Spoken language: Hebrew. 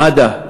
מד"א,